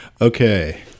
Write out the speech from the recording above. Okay